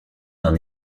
d’un